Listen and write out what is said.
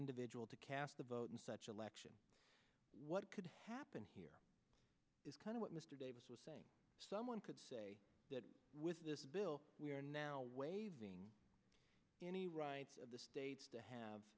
individual to cast a vote in such elections what could happen here is kind of what mr davis was saying someone could say with this bill we are now waiving any right of the states to have